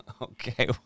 Okay